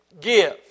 give